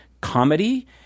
comedy